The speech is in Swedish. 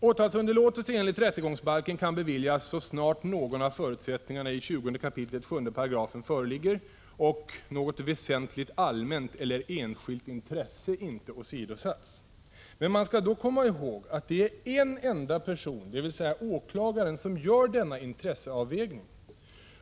Åtalsunderlåtelse enligt rättegångsbalken kan beviljas så snart någon av förutsättningarna i 20 kap. 7 § föreligger och något väsentligt allmänt eller enskilt intresse inte åsidosatts. Men man skall då komma ihåg att det är en enda person, dvs. åklagaren, som gör denna intresseavvägning.